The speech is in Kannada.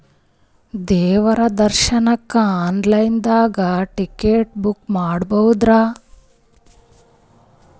ದೇವ್ರ ದರ್ಶನಕ್ಕ ಆನ್ ಲೈನ್ ದಾಗ ಟಿಕೆಟ ಬುಕ್ಕ ಮಾಡ್ಬೊದ್ರಿ?